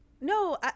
No